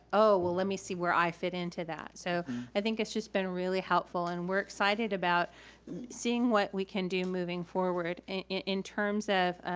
oh, well let me see where i fit into that. so i think it's just been really helpful, and we're excited about seeing what we can do moving forward in terms of,